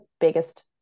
biggest